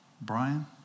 Brian